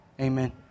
Amen